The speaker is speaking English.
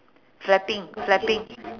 flapping flapping